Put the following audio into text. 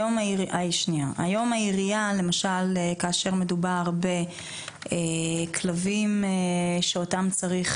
היום העירייה כאשר מדובר בכלבים שאותם צריך